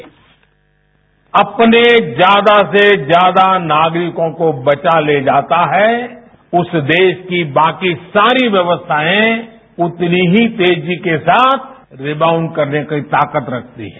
bite अपने ज्यादा से ज्यादा नागरिकों को बचा ले जाता है उस देश की बाकी सारी व्यवस्थाएं उतनी ही तेजी के साथ रिबाउंड करने की ताकत रखती है